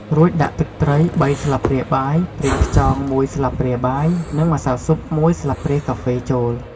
រួចដាក់ ទឹកត្រី ៣ ស្លាបព្រាបាយ ប្រេងខ្យង ១ ស្លាបព្រាបាយ និង ម្សៅស៊ុប ១ ស្លាបព្រាកាហ្វេ ចូល។